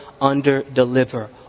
under-deliver